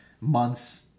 months